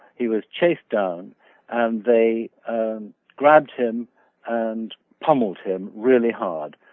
he was chased down and they grabbed him and pummeled him really hard.